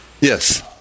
Yes